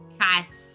Cats